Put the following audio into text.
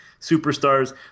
superstars